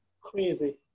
Crazy